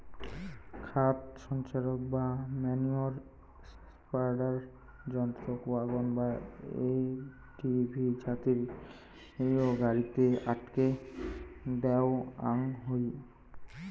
খাদ সঞ্চারক বা ম্যনিওর স্প্রেডার যন্ত্রক ওয়াগন বা এ.টি.ভি জাতীয় গাড়িত আটকে দ্যাওয়াং হই